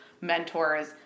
mentors